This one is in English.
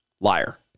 Liar